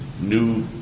new